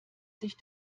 sich